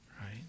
right